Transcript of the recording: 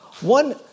One